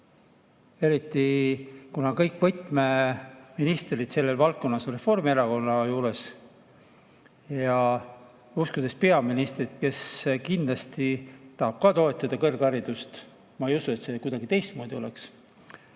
Eriti kuna kõik võtmeministrid selles valdkonnas on Reformierakonnast ja uskudes peaministrit, kes kindlasti tahab ka toetada kõrgharidust – ma ei usu, et see kuidagi teistmoodi olla